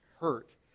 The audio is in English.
hurt